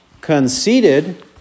conceited